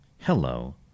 hello